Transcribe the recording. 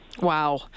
Wow